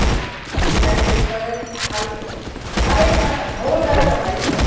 तो डिजाइन के ऊपर है हल्की अरे कह हो जाएगा भाई कन